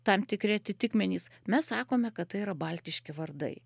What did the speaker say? tam tikri atitikmenys mes sakome kad tai yra baltiški vardai